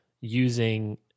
using